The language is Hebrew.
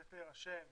צריך להירשם